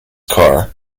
car